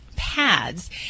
Pads